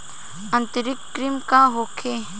आंतरिक कृमि का होखे?